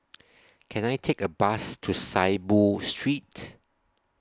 Can I Take A Bus to Saiboo Street